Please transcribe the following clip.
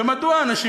ומדוע אנשים,